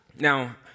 Now